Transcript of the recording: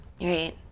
Right